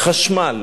חשמל,